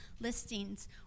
listings